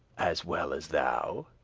as well as thou,